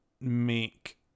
make